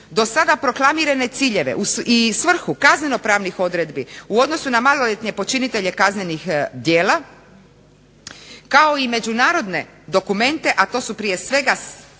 do sada proklamirane ciljeve i svrhu kaznenopravnih odredbi u odnosu na maloljetne počinitelje kaznenih djela kao i međunarodne dokumente, a to su prije svega